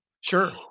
Sure